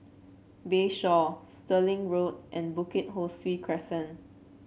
Bayshore Stirling Road and Bukit Ho Swee Crescent